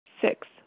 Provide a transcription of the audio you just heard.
Six